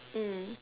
mm